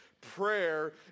prayer